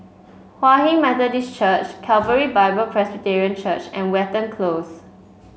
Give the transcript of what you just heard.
Hinghwa Methodist Church Calvary Bible Presbyterian Church and Watten Close